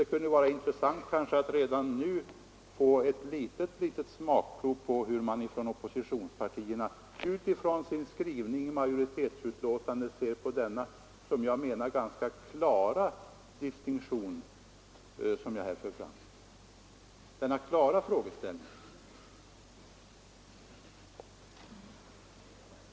Det kunde kanske vara intressant att redan nu få ett litet smakprov på hur oppositionspartierna, utifrån majoritetens skrivning i betänkandet, ser på denna, som jag menar, ganska klara frågeställning.